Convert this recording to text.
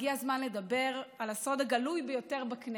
הגיע הזמן לדבר על הסוד הגלוי ביותר בכנסת: